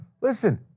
Listen